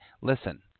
listen